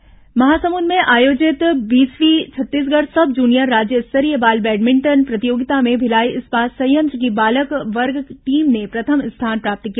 badminton प्रतियोगिता महासमुंद में आयोजित बीसवीं छत्तीसगढ़ सब जूनियर राज्य स्तरीय बाल बैडभिंटन प्रतियोगता में भिलाई इस्पात संयंत्र की बालक वर्ग टीम ने प्रथम स्थान प्राप्त किया